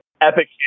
epic